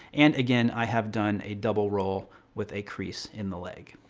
and again i have done a double roll with a crease in the leg.